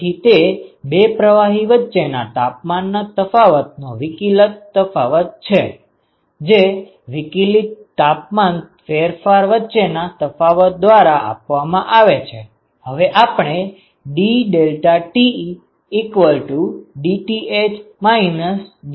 તેથી તે બે પ્રવાહી વચ્ચેના તાપમાનના તફાવતનો વિકલિત તફાવત છે જે વિકલિત તાપમાન ફેરફાર વચ્ચેના તફાવત દ્વારા આપવામાં આવે છે